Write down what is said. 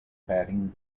batting